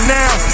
now